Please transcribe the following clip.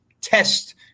test